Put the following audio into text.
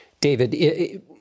David